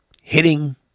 hitting